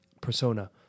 persona